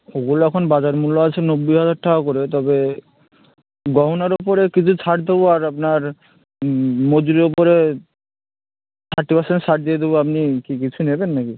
ওগুলো এখন বাজার মূল্য আছে নব্বই হাজার টাকা করে তবে গয়নার ওপরে কিছু ছাড় দেবো আর আপনার মজুরির ওপরে থার্টি পার্সেন্ট ছাড় দিয়ে দেবো আপনি কি কিছু নেবেন নাকি